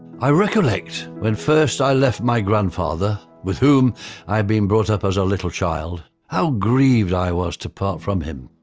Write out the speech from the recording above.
i recollect when first i left my grandfather with whom i had been brought up as a little child how grieved i was to part from him.